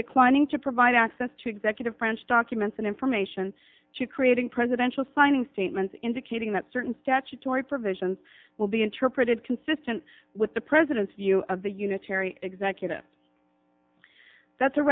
declining to provide access to executives french documents and information to creating presidential signing statements indicating that certain statutory provisions will be interpreted consistent with the president's view of the unitary executive that's a